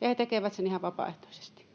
ja he tekevät sen ihan vapaaehtoisesti.